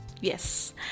Yes